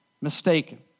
mistaken